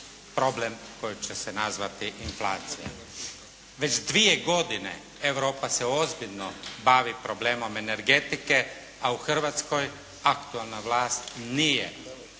problem koji će se nazvati inflacija. Već dvije godine Europa se ozbiljno bavi problemom energetike a u Hrvatskoj aktualna vlast nije